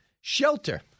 Shelter